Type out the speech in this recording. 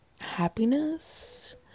happiness